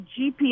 GPS